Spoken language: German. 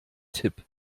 tipp